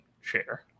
share